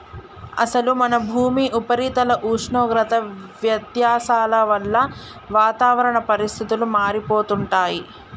అసలు మన భూమి ఉపరితల ఉష్ణోగ్రత వ్యత్యాసాల వల్ల వాతావరణ పరిస్థితులు మారిపోతుంటాయి